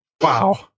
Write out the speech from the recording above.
wow